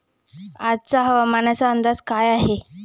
आजचा हवामानाचा अंदाज काय आहे?